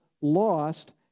lost